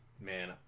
man